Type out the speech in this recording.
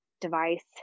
device